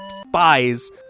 spies